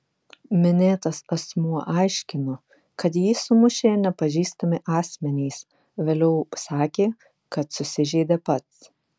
minėtas asmuo aiškino kad jį sumušė nepažįstami asmenys vėliau sakė kad susižeidė pats